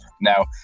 Now